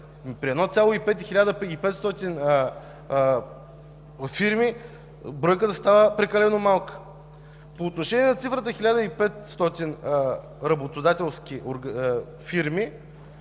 при 1500 фирми бройката става прекалено малка. По отношение на цифрата 1500 работодателски фирми,